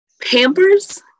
Pampers